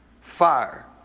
fire